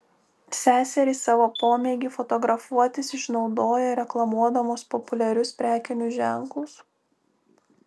seserys savo pomėgį fotografuotis išnaudoja reklamuodamos populiarius prekinius ženklus